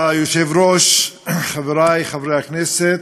אדוני היושב-ראש, חברי חברי הכנסת,